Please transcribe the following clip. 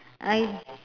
I